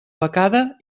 becada